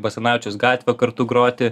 basanavičiaus gatvę kartu groti